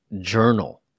journal